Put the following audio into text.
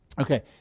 Okay